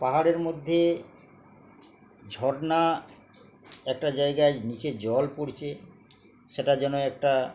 পাহাড়ের মধ্যে ঝরনা একটা জায়গায় নীচে জল পড়ছে সেটা যেন একটা